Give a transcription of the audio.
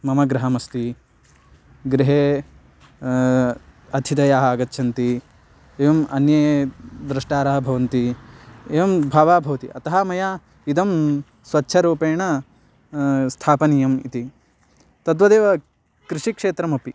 मम गृहमस्ति गृहे अथितयः आगच्छन्ति एवम् अन्ये द्रष्टारः भवन्ति एवं भावः भवति अतः मया इदं स्वच्छरूपेण स्थापनीयम् इति तद्वदेव कृषिक्षेत्रमपि